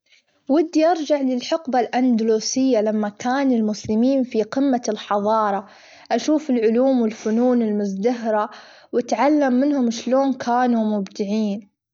ودي أرجع الحقبة الاندولسية لما كان المسلمين في قمة الحظارة، أشوف العلوم والفنون المزدهرة، وأتعلم منهم إيش لون كانوا مبدعين.